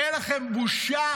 אין לכם בושה?